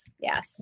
Yes